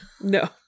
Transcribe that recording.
No